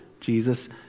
jesus